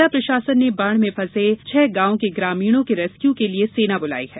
जिला प्रशासन ने बाढ़ में फंसे छह गांवों के ग्रामीणों को रेस्क्यू के लिये सेना बुलायी है